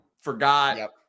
forgot